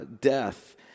death